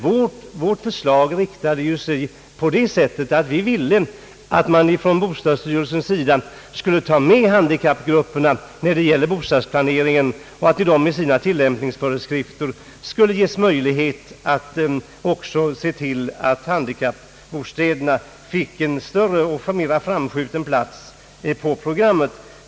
Vårt förslag syftade till att man från bostadsstyrelsens sida skulle ta med handikappgrupperna när det gäller bostadsplaneringen och att man i tillämpningsföreskrifterna skulle se till att handikappbostäderna fick en större och mera framskjuten plats.